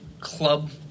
club